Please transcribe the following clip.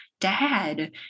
Dad